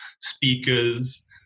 speakers